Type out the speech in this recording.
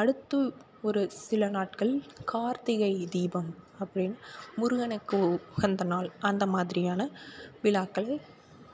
அடுத்து ஒரு சில நாட்கள் கார்த்திகை தீபம் அப்படினு முருகனுக்கு உகந்த நாள் அந்த மாதிரியான விழாக்களை